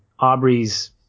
Aubrey's